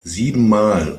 siebenmal